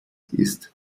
ist